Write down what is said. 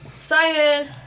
Simon